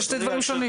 אלה שני דברים שונים.